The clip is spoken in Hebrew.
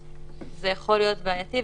זה יכול להיות בעייתי,